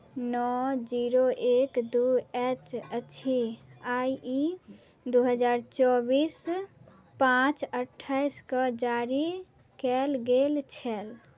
नओ जीरो एक दू एच अछि आइ ई दू हजार चौबीस पाँच अठाइसकेँ जारी कयल गेल छल